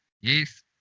Yes